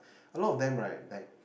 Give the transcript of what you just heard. a lot of them right like